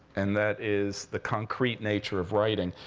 and that is the concrete nature of writing.